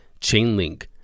Chainlink